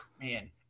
man